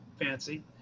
fancy